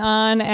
on